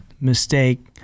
mistake